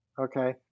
okay